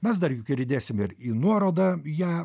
mes dar juk ir įdėsime į nuorodą ją